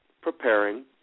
preparing